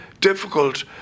difficult